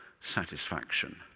satisfaction